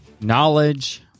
knowledge